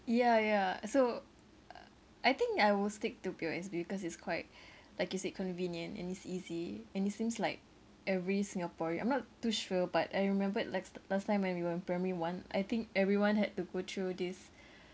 ya ya so uh I think I will stick to P_O_S_B because it's quite like you said convenient and it's easy and it seems like every singaporean I'm not too sure but I remembered like last time when we were in primary one I think everyone had to go through this